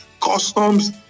customs